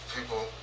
people